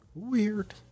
Weird